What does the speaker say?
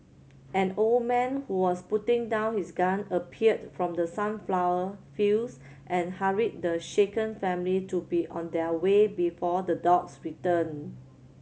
an old man who was putting down his gun appeared from the sunflower fields and hurried the shaken family to be on their way before the dogs return